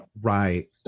right